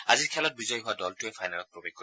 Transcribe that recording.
আজিৰ খেলত বিজয়ী হোৱা দলটোৱে ফাইনেলত প্ৰৱেশ কৰিব